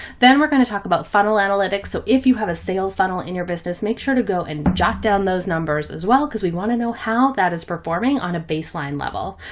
then we're going to talk about funnel analytics. so if you have a sales funnel in your business, make sure to go and jot down those numbers as well, cause we want to know how that is performing on a baseline level.